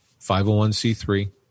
501c3